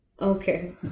okay